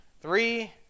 Three